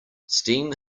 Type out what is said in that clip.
steam